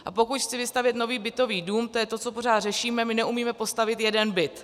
A pokud chci vystavět nový bytový dům, to je to, co pořád řešíme my neumíme postavit jeden byt.